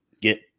get